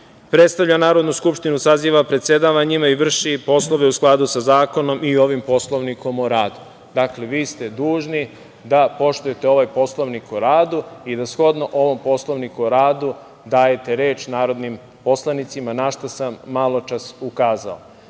predstavlja Narodnu skupštinu, saziva, predsedava njime i vrši poslove u skladu sa zakonom i ovim Poslovnikom o radu. Dakle, vi ste dužni da poštujete ovaj Poslovnik o radu i da shodno ovom Poslovniku o radu, dajete reč narodnim poslanicima na šta sam maločas ukazao. Neću